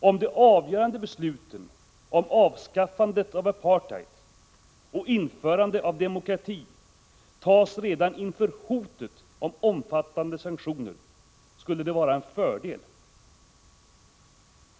Om de avgörande besluten om avskaffandet av apartheid och införande av demokrati tas redan inför hotet om omfattande sanktioner skulle detta vara en fördel.